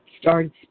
Started